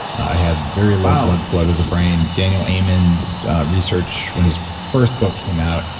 i had very low blood flow to the brain. daniel amen's research when his first book came out,